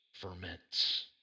ferments